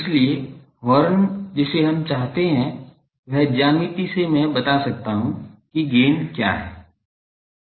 इसलिए हॉर्न जिसे हम जानते हैं वह ज्यामिति से मैं बता सकता हूं कि गेन क्या है